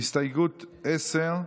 הסתייגות 10,